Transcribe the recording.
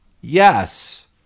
yes